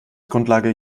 grundlage